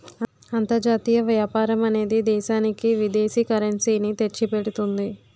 అంతర్జాతీయ వ్యాపారం అనేది దేశానికి విదేశీ కరెన్సీ ని తెచ్చిపెడుతుంది